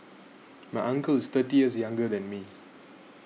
my uncle is thirty years younger than me